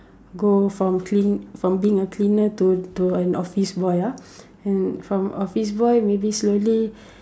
go from clean from being a cleaner to to an office boy ah and from office boy maybe slowly